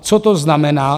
Co to znamená?